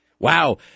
Wow